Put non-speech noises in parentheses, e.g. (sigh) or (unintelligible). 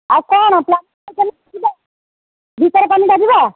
ଆଉ କ'ଣ (unintelligible) ଭିତରକନିକା ଯିବା